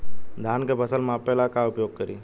धान के फ़सल मापे ला का उपयोग करी?